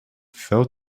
fell